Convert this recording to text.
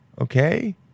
okay